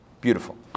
Beautiful